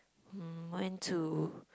mm went to